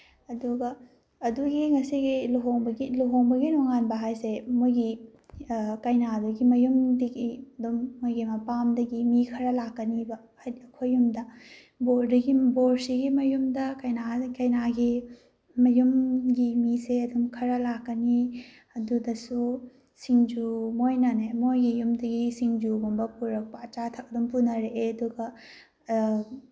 ꯑꯗꯨꯒ ꯑꯗꯨꯒꯤ ꯉꯁꯤꯒꯤ ꯂꯨꯍꯣꯡꯕꯒꯤ ꯂꯨꯍꯣꯡꯕꯒꯤ ꯅꯣꯉꯥꯟꯕ ꯍꯥꯏꯁꯦ ꯃꯣꯏꯒꯤ ꯀꯩꯅꯥꯗꯨꯒꯤ ꯃꯌꯨꯝꯗꯒꯤ ꯑꯗꯨꯝ ꯃꯣꯏꯒꯤ ꯃꯄꯥꯝꯗꯒꯤ ꯃꯤ ꯈꯔ ꯂꯥꯛꯀꯅꯤꯕ ꯍꯥꯏꯗꯤ ꯑꯩꯈꯣꯏ ꯌꯨꯝꯗ ꯕꯣꯔꯁꯤꯒꯤ ꯃꯌꯨꯝꯗ ꯀꯩꯅꯥꯒꯤ ꯃꯌꯨꯝꯒꯤ ꯃꯤꯁꯦ ꯑꯗꯨꯝ ꯈꯔ ꯂꯥꯛꯀꯅꯤ ꯑꯗꯨꯗꯁꯨ ꯁꯤꯡꯖꯨ ꯃꯣꯏꯅꯅꯦ ꯃꯣꯏꯒꯤ ꯌꯨꯝꯗꯒꯤ ꯁꯤꯡꯖꯨꯒꯨꯝꯕ ꯄꯨꯔꯛꯄ ꯑꯆꯥ ꯑꯊꯛ ꯑꯗꯨꯝ ꯄꯨꯅꯔꯛꯑꯦ ꯑꯗꯨꯒ